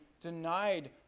denied